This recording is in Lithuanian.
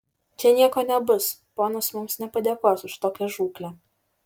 čia nieko nebus ponas mums nepadėkos už tokią žūklę